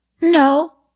No